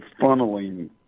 funneling